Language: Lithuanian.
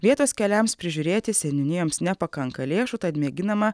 vietos keliams prižiūrėti seniūnijoms nepakanka lėšų tad mėginama